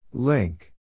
Link